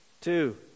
Two